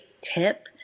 tip